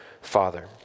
father